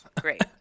Great